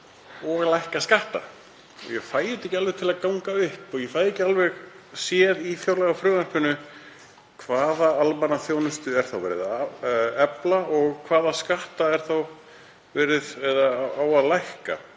og lækka skatta. Ég fæ þetta ekki alveg til að ganga upp og ég fæ ekki alveg séð í fjárlagafrumvarpinu hvaða almannaþjónustu er verið að efla og hvaða skatta á að lækka.